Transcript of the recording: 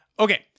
Okay